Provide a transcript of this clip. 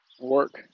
work